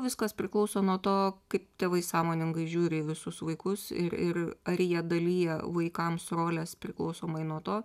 viskas priklauso nuo to kaip tėvai sąmoningai žiūri į visus vaikus ir ir ar jie dalija vaikams roles priklausomai nuo to